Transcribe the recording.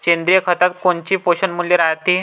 सेंद्रिय खतात कोनचे पोषनमूल्य रायते?